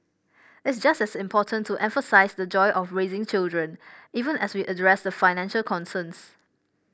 it's just as important to emphasise the joy of raising children even as we address the financial concerns